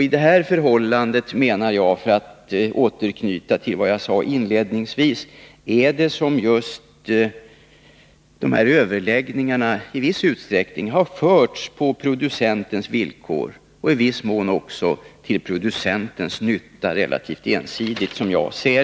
Under sådana förhållanden, menar jag — för att återknyta till vad jag sade inledningsvis — att de här överläggningarna i viss utsträckning har förts på producentens villkor och i viss mån också till producentens nytta, alltså relativt ensidigt.